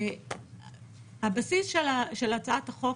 הבסיס של הצעת החוק,